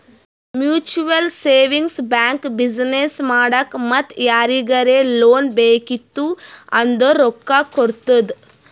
mutual savings bank business ಮಾಡಾಕ್ ಮತ್ತ ಯಾರಿಗರೇ ಲೋನ್ ಬೇಕಿತ್ತು ಅಂದುರ್ ರೊಕ್ಕಾ ಕೊಡ್ತುದ್